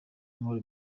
nkora